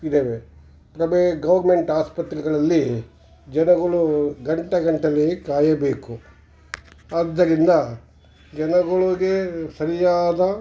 ಇದಾವೆ ನಮ್ಗೆ ಗೌರ್ಮೆಂಟ್ ಆಸ್ಪತ್ರೆಗಳಲ್ಲಿ ಜನಗಳು ಗಂಟೆಗಟ್ಟಲೇ ಕಾಯಬೇಕು ಆದ್ದರಿಂದ ಜನಗಳಿಗೆ ಸರಿಯಾದ